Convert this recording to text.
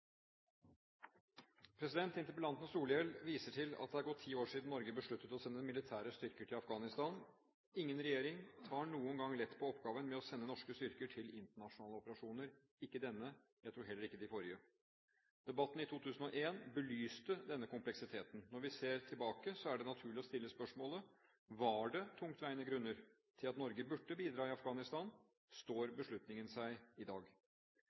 Interpellanten Solhjell viser til at det har gått ti år siden Norge besluttet å sende militære styrker til Afghanistan. Ingen regjering tar noen gang lett på oppgaven med å sende norske styrker til internasjonale operasjoner – ikke denne, og jeg tror heller ikke de forrige. Debatten i 2001 belyste denne kompleksiteten. Når vi nå ser tilbake, er det naturlig å stille spørsmålet: Var det tungtveiende grunner til at Norge burde bidra i Afghanistan? Står beslutningen seg i dag?